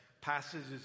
passages